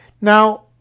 Now